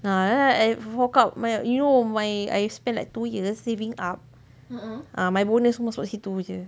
ah then I woke up my uh you know why I spend like two years saving up my bonus semua masuk situ jer